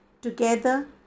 Together